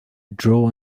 draw